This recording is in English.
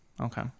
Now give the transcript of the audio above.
Okay